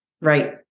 Right